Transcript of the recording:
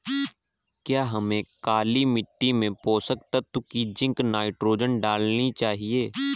क्या हमें काली मिट्टी में पोषक तत्व की जिंक नाइट्रोजन डालनी चाहिए?